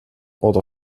oder